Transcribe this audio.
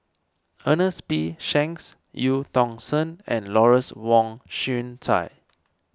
Ernest P Shanks Eu Tong Sen and Lawrence Wong Shyun Tsai